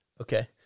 Okay